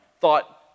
thought